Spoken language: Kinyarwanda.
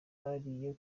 bariye